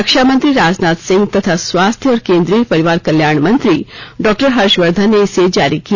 रक्षा मंत्री राजनाथ सिंह तथा स्वास्थ्य और केन्द्रीय परिवार कल्याण मंत्री डॉक्टर हर्षवर्धन ने इसे जारी किया